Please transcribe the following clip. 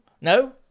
No